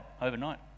overnight